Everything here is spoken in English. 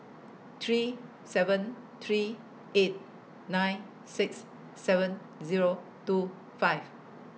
three seven three eight nine six seven Zero two five